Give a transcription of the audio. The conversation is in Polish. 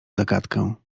zagadkę